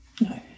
no